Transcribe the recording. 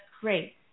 great